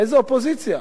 איזה אופוזיציה?